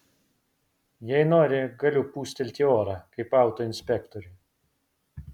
jei nori galiu pūstelti orą kaip autoinspektoriui